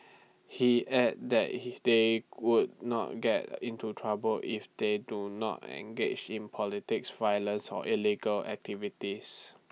he added he they would not get into trouble if they do not engage in politics violence or illegal activities